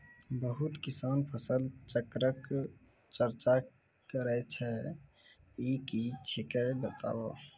बहुत किसान फसल चक्रक चर्चा करै छै ई की छियै बताऊ?